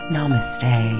Namaste